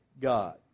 God